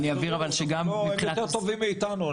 הם יותר טובים מאיתנו.